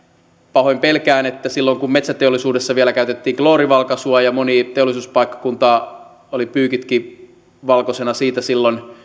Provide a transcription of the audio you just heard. pahoin pelkään että silloin kun metsäteollisuudessa vielä käytettiin kloorivalkaisua ja moni teollisuuspaikkakunta oli pyykitkin valkoisina siitä silloin